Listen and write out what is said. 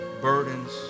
burdens